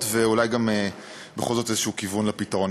ואולי בכל זאת איזשהו כיוון לפתרון.